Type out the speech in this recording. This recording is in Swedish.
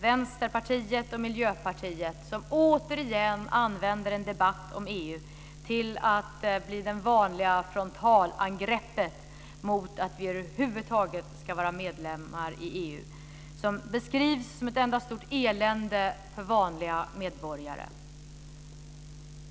Vänsterpartiet och Miljöpartiet använder återigen en debatt om EU till att bli det vanliga frontalangreppet mot att vi över huvud taget ska vara medlemmar i EU som beskrivs som ett enda stort elände för vanliga medborgare.